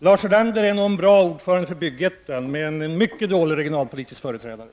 Lars Ulander är nog en bra ordförande för Byggettan, men en mycket dålig regionalpolitisk företrädare.